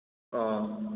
ꯑꯥ